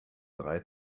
drei